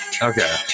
Okay